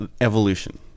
evolution